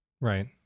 Right